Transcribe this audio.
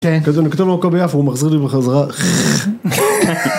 כן. כתוב לו כל ביפו, הוא מחזיר לי בחזרה חחחח